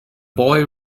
boy